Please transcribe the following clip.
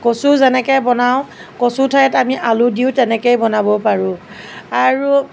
কচু যেনেকৈ বনাওঁ কচুৰ ঠাইত আমি আলু দিও তেনেকৈয়ে বনাব পাৰোঁ আৰু